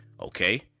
Okay